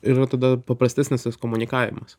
ir va tada paprastesnis tas komunikavimas